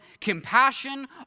compassion